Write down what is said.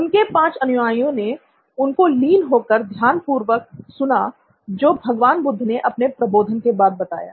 उनके 5 अनुयायियों ने उनको लीन होकर ध्यानपूर्वक सुना जो भगवान बुद्ध ने अपने प्रबोधन के बाद बताया